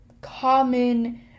common